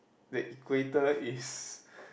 the Equator is